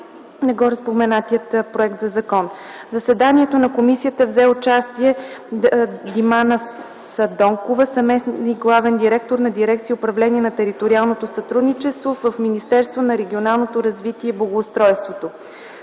гореспоменатия законопроект. В заседанието на комисията взе участие Димана Садонкова – заместник-главен директор на Дирекция „Управление на териториалното сътрудничество” в Министерство на регионалното развитие и благоустройството.